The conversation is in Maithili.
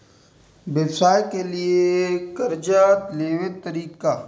व्यवसाय के लियै कर्जा लेबे तरीका?